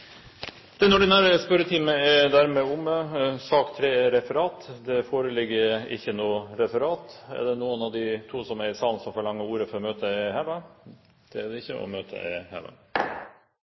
er allerede besvart, etter spørsmål 17. Dermed er sak nr. 2 på dagens kart ferdigbehandlet. Det foreligger ikke noe referat. Er det noen av de to som er i salen, som forlanger ordet før møtet heves? – Møtet er